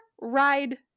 ride